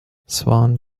swan